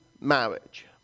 marriage